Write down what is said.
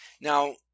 Now